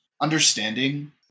Understanding